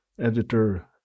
editor